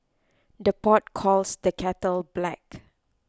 the pot calls the kettle black